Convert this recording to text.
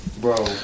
Bro